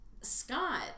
Scott